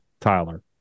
Tyler